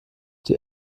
die